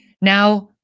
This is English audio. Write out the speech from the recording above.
Now